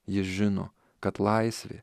jis žino kad laisvė